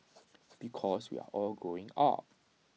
because we're all growing up